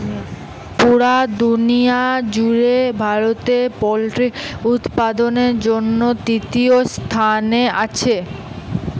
পুরা দুনিয়ার জুড়ে ভারত পোল্ট্রি উৎপাদনের জন্যে তৃতীয় স্থানে আছে